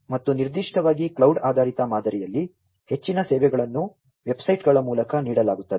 ಮತ್ತು ನಿರ್ದಿಷ್ಟವಾಗಿ ಕ್ಲೌಡ್ ಆಧಾರಿತ ಮಾದರಿಯಲ್ಲಿ ಹೆಚ್ಚಿನ ಸೇವೆಗಳನ್ನು ವೆಬ್ಸೈಟ್ಗಳ ಮೂಲಕ ನೀಡಲಾಗುತ್ತದೆ